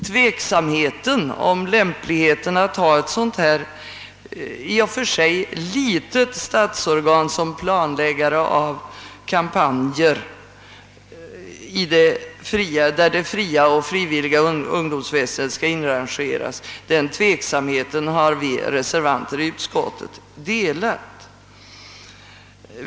Tveksamheten beträffande lämpligheten att ha ett sådant här i och för sig litet statsorgan som planläggare av kampanjer, där den fria och frivilliga ungdomsverksamheten skall inrangeras, har reservanterna i utskottet delat.